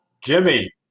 Jimmy